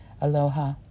Aloha